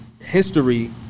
history